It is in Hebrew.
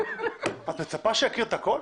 את מצפה שהוא יכיר את הכול?